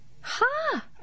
Ha